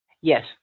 Yes